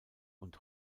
und